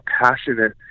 passionate